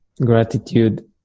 gratitude